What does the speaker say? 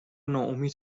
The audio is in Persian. ناامید